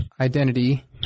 identity